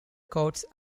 courts